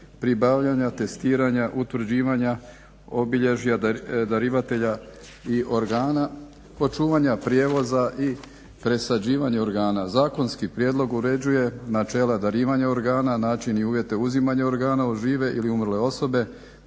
pribavljanja, testiranja, utvrđivanja obilježja darivatelja i organa, kod čuvanja prijevoza i presađivanja organa. Zakonski prijedlog uređuje načela darivanja organa, način i uvjete uzimanja organa od žive ili umrle osobe,